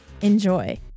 Enjoy